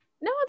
no